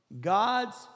God's